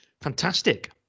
fantastic